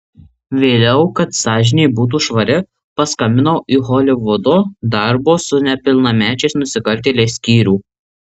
vėliau kad sąžinė būtų švari paskambinau į holivudo darbo su nepilnamečiais nusikaltėliais skyrių